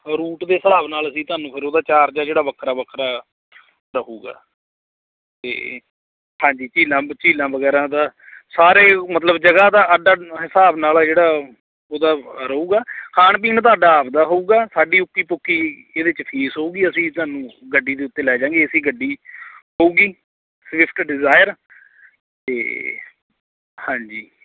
route ਦੇ ਹਿਸਾਬ ਨਾਲ ਅਸੀਂ ਤੁਹਾਨੂੰ ਫਿਰ ਉਹਦਾ ਚਾਰਜ ਆ ਜਿਹੜਾ ਵੱਖਰਾ ਵੱਖਰਾ ਰਹੂਗਾ ਅਤੇ ਹਾਂਜੀ ਝੀਲਾਂ ਵ ਝੀਲਾਂ ਵਗੈਰਾ ਦਾ ਸਾਰੇ ਮਤਲਬ ਜਗ੍ਹਾ ਦਾ ਅੱਡ ਅੱਡ ਹਿਸਾਬ ਨਾਲ ਆ ਜਿਹੜਾ ਉਹਦਾ ਰਹੂਗਾ ਖਾਣ ਪੀਣ ਤੁਹਾਡਾ ਆਪਣਾ ਹੋਊਗਾ ਸਾਡੀ ਉੱਕੀ ਪੁੱਕੀ ਇਹਦੇ 'ਚ ਫੀਸ ਹੋਊਗੀ ਅਸੀਂ ਤੁਹਾਨੂੰ ਗੱਡੀ ਦੇ ਉੱਤੇ ਲੈ ਜਾਵਾਂਗੇ ਏ ਸੀ ਗੱਡੀ ਹੋਊਗੀ ਸਵਿਫਟ ਡਿਜ਼ਾਇਰ ਤੇ ਹਾਂਜੀ